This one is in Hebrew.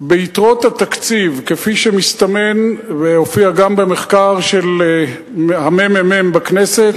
ביתרות התקציב כפי שמסתמן והופיע גם במחקר של הממ"מ בכנסת,